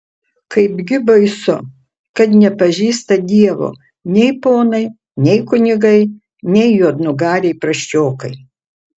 kaipgi baisu kad nepažįsta dievo nei ponai nei kunigai nei juodnugariai prasčiokai